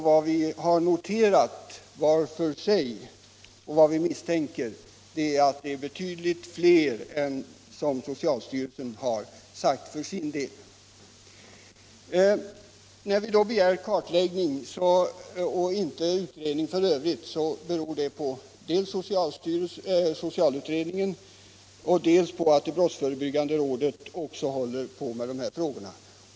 Vi misstänker att missbrukarna är betydligt fler än socialstyrelsen för sin del uppgivit. När vi begär en kartläggning och inte en utredning i övrigt så beror det dels på socialutredningen, dels på att brottsförebyggande rådet också har tagit upp dessa frågor.